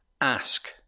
ASK